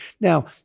Now